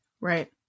Right